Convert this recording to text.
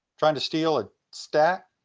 trying to steal a stack?